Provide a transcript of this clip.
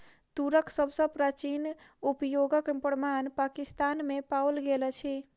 तूरक सभ सॅ प्राचीन उपयोगक प्रमाण पाकिस्तान में पाओल गेल अछि